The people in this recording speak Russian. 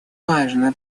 важная